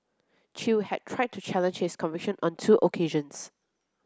chew had tried to challenge his conviction on two occasions